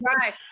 Right